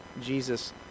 Jesus